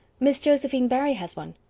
miss josephine barry has one.